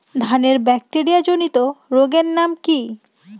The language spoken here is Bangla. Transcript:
ধানের ব্যাকটেরিয়া জনিত রোগের নাম কি?